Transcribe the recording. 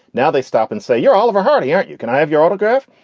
now they stop and say, you're oliver hardy, aren't you? can i have your autograph?